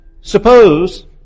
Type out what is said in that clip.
Suppose